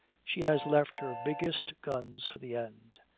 she has left her biggest guns for the end.